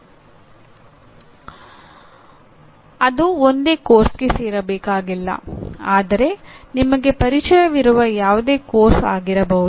ಅದು ಒಂದೇ ಪಠ್ಯಕ್ರಮಕ್ಕೆ ಸೇರಿರಬೇಕಾಗಿಲ್ಲ ಆದರೆ ನಿಮಗೆ ಪರಿಚಯವಿರುವ ಯಾವುದೇ ಪಠ್ಯಕ್ರಮ ಆಗಿರಬಹುದು